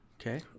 Okay